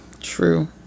True